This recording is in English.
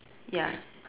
ya